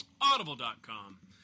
Audible.com